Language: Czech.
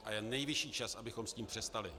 A je nejvyšší čas, abychom s tím přestali.